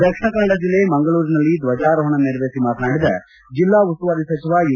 ದಕ್ಷಿಣ ಕನ್ನಡ ಜಿಲ್ಲೆ ಮಂಗಳೂರಿನಲ್ಲಿ ಧ್ವಜಾರೋಪಣ ನೆರವೇರಿಸಿ ಮಾತನಾಡಿದ ಜಿಲ್ಲಾ ಉಸ್ತುವಾರಿ ಸಚಿವ ಯು